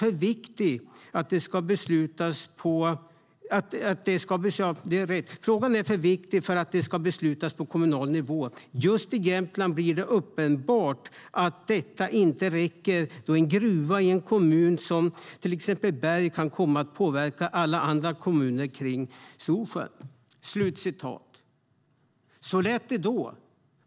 Jag citerar Marie Nordén: Frågan är för viktig för att det ska beslutas på kommunal nivå. Just i Jämtland blir det uppenbart att detta inte räcker, då en gruva i en kommun som till exempel Berg kan komma att påverka alla kommuner kring Storsjön. Så lät det då.